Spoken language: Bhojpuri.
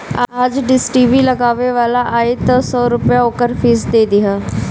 आज डिस टी.वी लगावे वाला आई तअ सौ रूपया ओकर फ़ीस दे दिहा